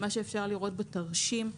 מה שאפשר לראות בתרשים,